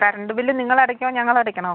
current bill നിങ്ങൾ അടയ്ക്കുമോ ഞങ്ങൾ അടയ്ക്കണോ